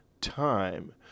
time